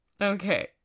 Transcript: Okay